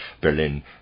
Berlin